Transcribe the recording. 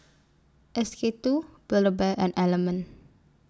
S K two Build A Bear and Element